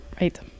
Right